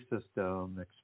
system